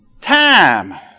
time